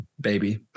baby